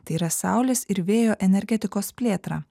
tai yra saulės ir vėjo energetikos plėtrą